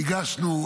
והגשנו.